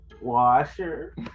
washer